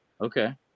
Okay